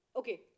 Okay